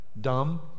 Dumb